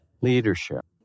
Leadership